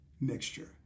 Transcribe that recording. mixture